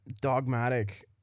dogmatic